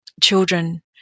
children